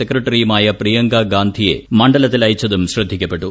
സെക്രട്ടറിയുമായ പ്രിയങ്കഗാന്ധിയെ മണ്ഡലത്തിൽ അയച്ചതും ശ്രദ്ധിക്കപ്പെട്ടു